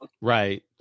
Right